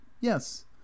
yes